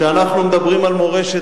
כשאנחנו מדברים על מורשת,